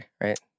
right